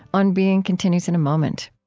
on being continues in a moment